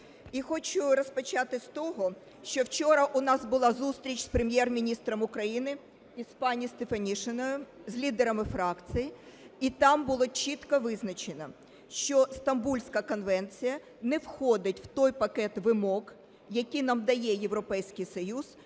хочу розпочати з того, що вчора у нас була зустріч з Прем'єр-міністром України і з пані Стефанішиною з лідерами фракцій. І там було чітко визначено, що Стамбульська конвенція не входить в той пакет вимог, які нам дає Європейський Союз